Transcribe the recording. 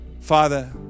Father